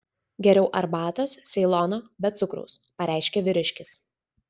geriau arbatos ceilono be cukraus pareiškė vyriškis